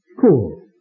Cool